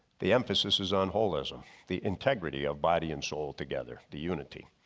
the emphasis is on holism, the integrity of body and soul together. the unity.